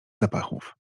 zapachów